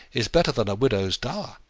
is better than a widow's dower.